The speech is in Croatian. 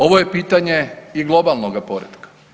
Ovo je pitanje i globalnoga poretka.